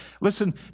Listen